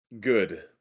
good